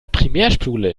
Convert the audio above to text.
primärspule